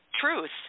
truth